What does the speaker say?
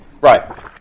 Right